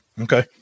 Okay